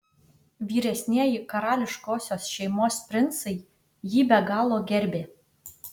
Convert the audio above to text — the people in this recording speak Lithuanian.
vyresnieji karališkosios šeimos princai jį be galo gerbė